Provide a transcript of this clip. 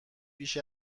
بیش